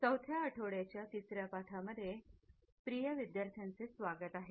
चौथ्या आठवड्याच्या तिसर्या पाठांमध्ये प्रिय विद्यार्थ्यांचे स्वागत आहे